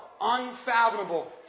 unfathomable